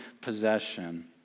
possession